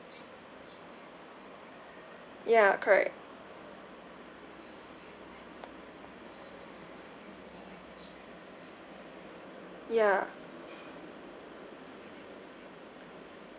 ya correct ya